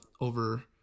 over